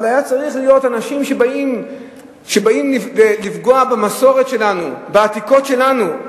אבל אנשים שבאים לפגוע במסורת שלנו, בעתיקות שלנו,